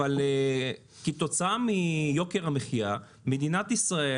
אבל כתוצאה מיוקר המחיה מדינת ישראל,